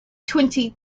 twenty